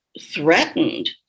threatened